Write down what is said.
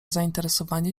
zainteresowanie